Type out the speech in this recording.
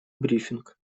брифинг